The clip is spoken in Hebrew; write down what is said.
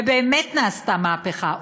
ובאמת נעשתה מהפכה,